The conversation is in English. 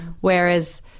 whereas